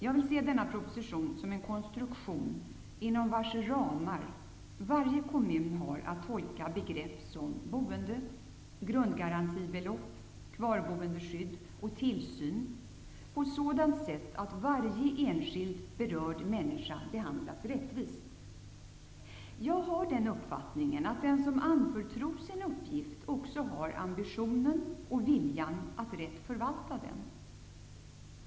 Jag vill se denna proposition som en konstruktion inom vars ramar varje kommun har att tolka begrepp som boende, grundgarantibelopp, kvarboendeskydd och tillsyn på sådant sätt att varje enskild berörd människa behandlas rättvist. Jag har den uppfattningen att den som anförtros en uppgift också har ambitionen och viljan att rätt förvalta den.